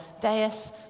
dais